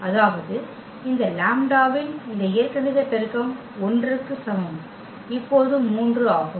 அதாவது இந்த லாம்ப்டாவின் இந்த இயற்கணித பெருக்கம் 1 க்கு சமம் இப்போது 3 ஆகும்